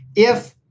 if.